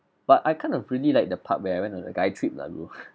but I kind of really like the part where I went on a guy trip lah bro